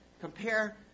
compare